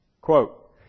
quote